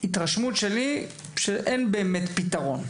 התרשמתי שאין באמת פתרון,